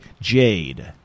Jade